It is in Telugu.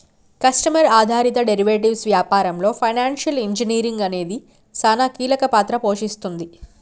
కస్టమర్ ఆధారిత డెరివేటివ్స్ వ్యాపారంలో ఫైనాన్షియల్ ఇంజనీరింగ్ అనేది సానా కీలక పాత్ర పోషిస్తుంది